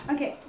Okay